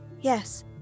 Yes